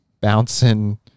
bouncing